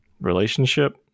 relationship